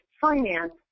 finance